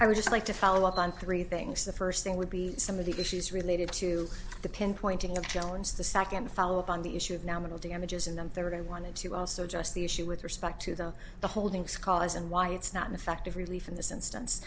would just like to follow up on three things the first thing would be some of the issues related to the pinpointing of jones the second follow up on the issue of nominal damages and then third i wanted to also just the issue with respect to the the holdings cause and why it's not an effective relief in this instance